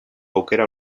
aukera